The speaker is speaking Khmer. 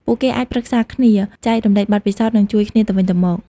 ពួកគេអាចប្រឹក្សាគ្នា ចែករំលែកបទពិសោធន៍ និងជួយគ្នាទៅវិញទៅមក។